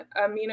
amino